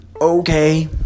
okay